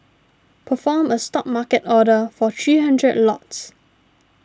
perform a Stop market order for three hundred lots